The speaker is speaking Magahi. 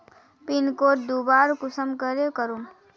पिन कोड दोबारा कुंसम करे करूम?